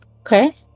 Okay